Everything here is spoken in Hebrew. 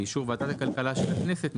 באישור ועדת הכלכלה של הכנסת,